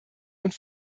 und